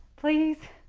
please?